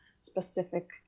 specific